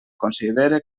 considere